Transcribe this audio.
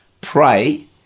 pray